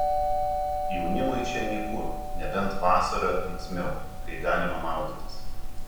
jaunimui čia nyku nebent vasarą linksmiau kai galima maudytis